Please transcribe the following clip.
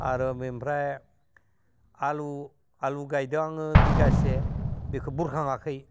आरो बेनिफ्राय आलु गायदों आङो बिगासे बेखौ बुरखाङाखै